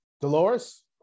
Dolores